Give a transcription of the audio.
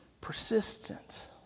persistent